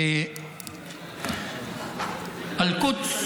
(אומר דברים